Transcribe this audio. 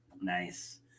nice